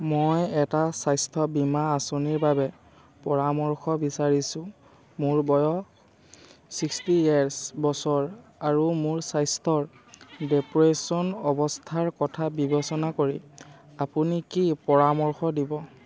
মই এটা স্বাস্থ্য বীমা আঁচনিৰ বাবে পৰামৰ্শ বিচাৰিছোঁ মোৰ বয়স চিক্সটি ইয়েৰছ বছৰ আৰু মোৰ স্বাস্থ্যৰ ডিপ্ৰেৰছন অৱস্থাৰ কথা বিবেচনা কৰি আপুনি কি পৰামৰ্শ দিব